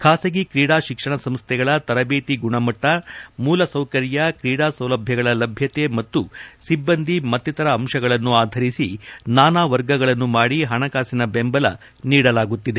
ಖಾಸಗಿ ಕ್ರೀಡಾ ಶಿಕ್ಷಣ ಸಂಸ್ದೆಗಳ ತರಬೇತಿ ಗುಣಮಟ್ಟ ಮೂಲಸೌಕರ್ಯ ಕ್ರೀಡಾ ಸೌಲಭ್ಯಗಳ ಲಭ್ಯತೆ ಮತ್ತು ಸಿಬ್ಬಂದಿ ಮತ್ತಿತರ ಅಂಶಗಳನ್ನು ಆಧರಿಸಿ ನಾನಾ ವರ್ಗಗಳನ್ನು ಮಾಡಿ ಹಣಕಾಸಿನ ಬೆಂಬಲ ನೀಡಲಾಗುತ್ತದೆ